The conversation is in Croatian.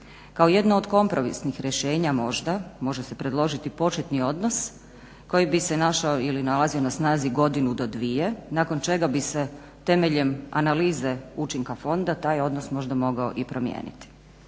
Kao jedno od kompromisnih rješenja možda može se predložiti početni odnos koji bi se našao ili nalazio na snazi godinu do dvije nakon čega bi se temeljem analize učinka fonda taj odnos možda mogao i promijeniti.